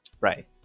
Right